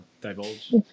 divulge